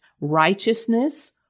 righteousness